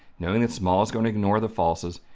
knowing it's small it's going to ignore the falses,